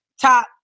top